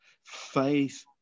Faith